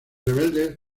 rebeldes